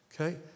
Okay